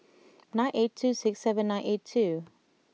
nine eight two six seven nine eight two